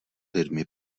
lidmi